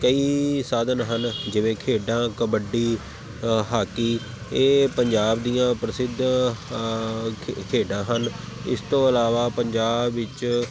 ਕਈ ਸਾਧਨ ਹਨ ਜਿਵੇਂ ਖੇਡਾਂ ਕਬੱਡੀ ਅ ਹਾਕੀ ਇਹ ਪੰਜਾਬ ਦੀਆਂ ਪ੍ਰਸਿੱਧ ਖੇ ਖੇਡਾਂ ਹਨ ਇਸ ਤੋਂ ਇਲਾਵਾ ਪੰਜਾਬ ਵਿੱਚ